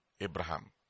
Abraham